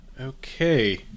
Okay